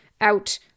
out